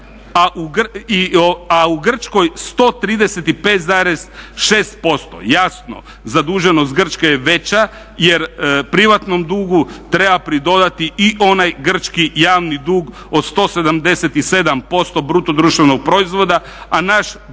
a u Grčkoj 135,6%. Jasno zaduženost Grčke je veća jer privatnom dugu treba pridodati i onaj grčki javni dug od 177% bruto društvenog proizvoda, a naš dug